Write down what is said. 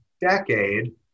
decade